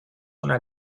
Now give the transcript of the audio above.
una